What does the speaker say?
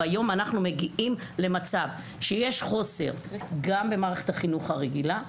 והיום אנחנו מגיעים למצב שיש חוסר גם במערכת החינוך הרגילה,